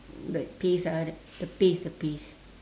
like paste ah the paste the paste